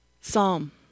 Psalm